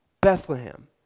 Bethlehem